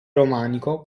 romanico